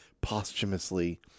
posthumously